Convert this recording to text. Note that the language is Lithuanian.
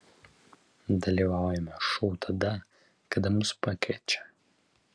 dalyvaujame šou tada kada mus pakviečia